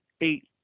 eight